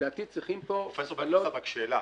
לדעתי צריכים פה --- פרופ' בן בסט, שאלה.